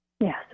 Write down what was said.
Yes